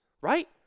right